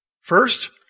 First